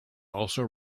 also